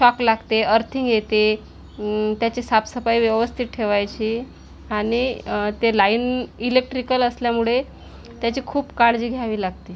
shock लागते earthing येते त्याची साफसफाई व्यवस्थित ठेवायची आणि ते लाईन इलेक्ट्रिकल असल्यामुळे त्याची खूप काळजी घ्यावी लागते